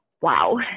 Wow